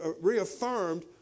reaffirmed